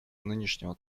нынешнего